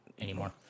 anymore